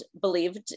believed